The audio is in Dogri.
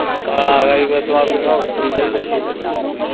हां खरी तम्बाकू शंबाकू पी लैगे